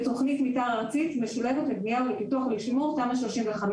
בתוכנית מיתאר ארצית משולבת לבנייה ולפיתוח ולשימור תמ"א 35,